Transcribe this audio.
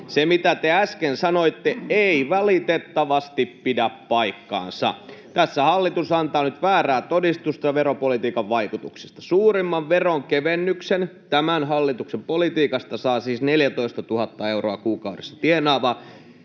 Se, mitä te äsken sanoitte, ei valitettavasti pidä paikkaansa. Tässä hallitus antaa nyt väärää todistusta veropolitiikan vaikutuksista. Suurimman veronkevennyksen tämän hallituksen politiikasta saa siis 14 000 euroa kuukaudessa tienaava,